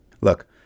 look